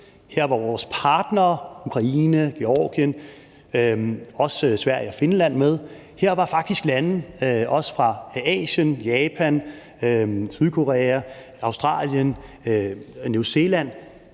her var vores partnere, Ukraine, Georgien og også Sverige og Finland, med. Her var faktisk lande også fra Asien, nemlig Japan og Sydkorea, plus Australien og New Zealand.